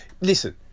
listen